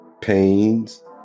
pains